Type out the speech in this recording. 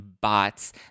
bots